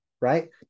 right